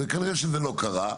וכנראה שזה לא קרה.